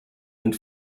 and